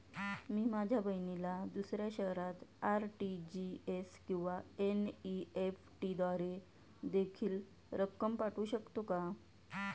मी माझ्या बहिणीला दुसऱ्या शहरात आर.टी.जी.एस किंवा एन.इ.एफ.टी द्वारे देखील रक्कम पाठवू शकतो का?